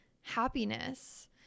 happiness